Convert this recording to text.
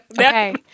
Okay